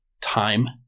time